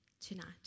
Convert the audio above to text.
tonight